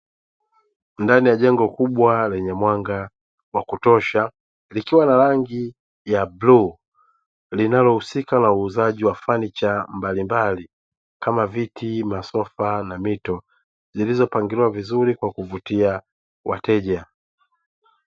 Ndani ya jengo kubwa lenye mwanga wa kutosha likiwa na rangi ya bluu linalohusika na uuzaji wa fanicha mbalimbali kama vile viti, masofa na mito zilizopangiliwa vizuri kwa kuvutia wateja.